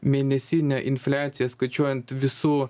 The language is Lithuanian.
mėnesinė infliacija skaičiuojant visų